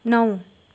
नौ